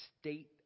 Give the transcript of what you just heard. state